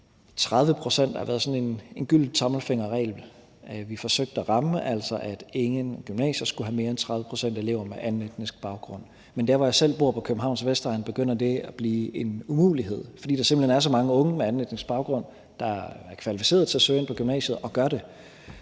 pct. har været sådan en gylden tommelfingerregel. Vi har altså forsøgt at ramme det, så ingen gymnasier skulle have mere end 30 pct. elever med anden etnisk baggrund, men der, hvor jeg selv bor, på Københavns Vestegn, begynder det at blive en umulighed, fordi der simpelt hen er så mange unge med anden etnisk baggrund, der er kvalificeret til at søge ind på gymnasiet og gør det,